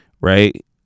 right